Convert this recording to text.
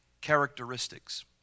characteristics